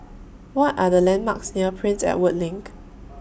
What Are The landmarks near Prince Edward LINK